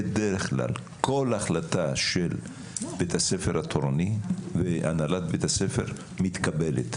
בדרך כלל כל החלטה של בית הספר התורני והנהלת בית הספר מתקבלת.